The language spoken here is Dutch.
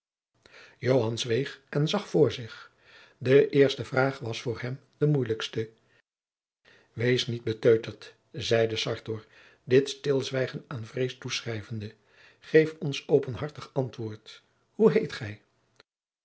zweeg en zag voor zich de eerste vraag was voor hem de moeilijkste wees niet beteuterd zeide sartor dit stilzwijgen aan vrees toeschrijvende geef ons openhartig antwoord hoe heet gij